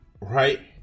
Right